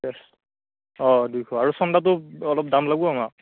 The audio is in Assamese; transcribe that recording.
দে অঁ দুইশ আৰু চন্দাটো অলপ দাম লাগবো আমাক